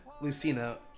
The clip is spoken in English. Lucina